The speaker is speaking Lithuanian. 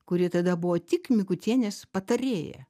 kuri tada buvo tik mikutienės patarėja